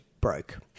broke